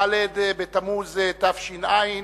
ד' בתמוז תש"ע,